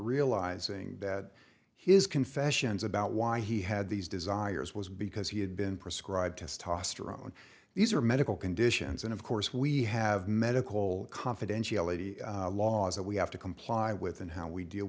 realizing that his confessions about why he had these desires was because he had been prescribed testosterone these are medical conditions and of course we have medical confidentiality laws that we have to comply with and how we deal